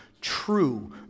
true